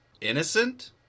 Innocent